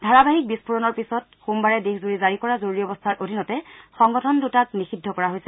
ধাৰাবাহিক বিস্ফোৰণৰ পিছত সোমবাৰে দেশজূৰি জাৰি কৰা জৰুৰী অৱস্থাৰ অধীনতে সংগঠন দুটাক নিষিদ্ধ কৰা হৈছে